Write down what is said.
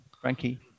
Frankie